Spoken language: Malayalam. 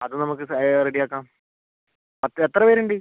അത് നമുക്ക് റെഡി ആക്കാം പത്ത് എത്ര പേരുണ്ട്